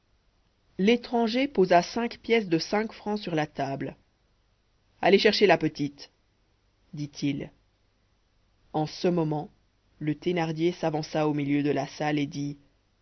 l'étranger posa cinq pièces de cinq francs sur la table allez chercher la petite dit-il en ce moment le thénardier s'avança au milieu de la salle et dit